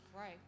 right